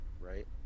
right